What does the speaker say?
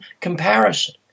comparison